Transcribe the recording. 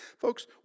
Folks